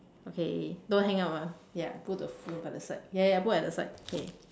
okay don't hang up ah ya put the phone by the side ya ya just put at the side K